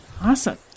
Awesome